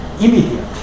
immediate